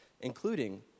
including